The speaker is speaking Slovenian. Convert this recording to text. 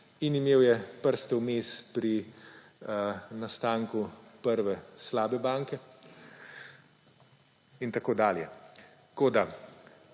in imel je prste vmes pri nastanku prve slabe banke in tako dalje. Tako